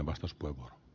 arvoisa puhemies